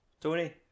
Tony